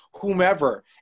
whomever